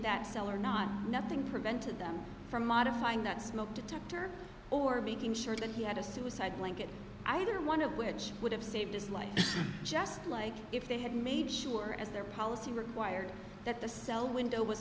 that cell or not nothing prevented them from modifying that smoke detector or became sure that he had a suicide blanket either one of which would have saved his life just like if they had made sure as their policy required that the cell window was